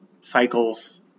cycles